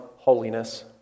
holiness